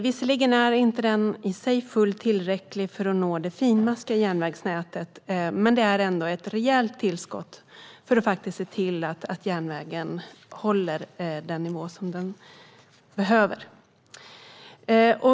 Visserligen är det inte fullt tillräckligt för att nå det finmaskiga järnvägsnätet, men det är ändå ett rejält tillskott för att se till att järnvägen håller den nivå som den behöver.